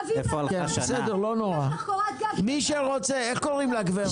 אביבה --- שיש לך קורת גג --- איך קוראים לגברת?